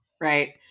right